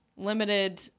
limited